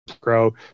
grow